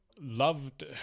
loved